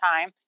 time